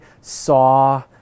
saw